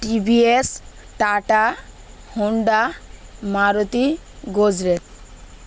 TVS Tata Honda Maruti Gajaraj